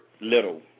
little